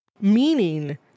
meaning